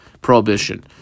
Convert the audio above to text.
prohibition